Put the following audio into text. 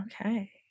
Okay